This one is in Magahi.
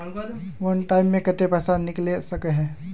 वन टाइम मैं केते पैसा निकले सके है?